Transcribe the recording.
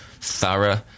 thorough